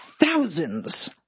thousands